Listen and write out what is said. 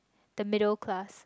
the middle class